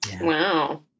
Wow